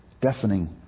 deafening